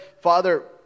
Father